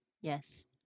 Yes